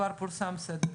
כבר פורסם סדר יום.